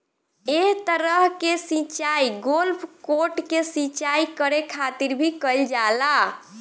एह तरह के सिचाई गोल्फ कोर्ट के सिंचाई करे खातिर भी कईल जाला